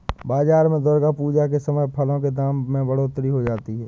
बाजार में दुर्गा पूजा के समय फलों के दामों में बढ़ोतरी हो जाती है